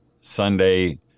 Sunday